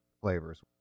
flavors